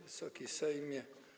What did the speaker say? Wysoki Sejmie!